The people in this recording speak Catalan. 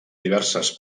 diverses